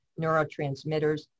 neurotransmitters